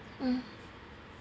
mm